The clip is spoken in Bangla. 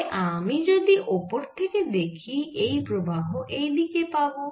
তাই আমি যদি ওপর থেকে দেখি এই প্রবাহ এই দিকে যাবে